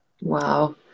Wow